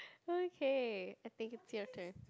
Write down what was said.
okay I think a theatre